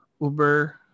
Uber